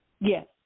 Yes